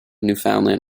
newfoundland